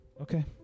Okay